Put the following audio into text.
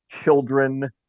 children